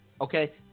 okay